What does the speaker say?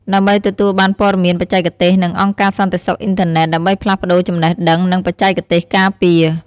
ដើម្បីទទួលបានព័ត៌មានបច្ចេកទេស និង អង្គការសន្តិសុខអ៊ីនធឺណិត ដើម្បីផ្លាស់ប្តូរចំណេះដឹង និងបច្ចេកទេសការពារ។